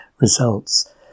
Results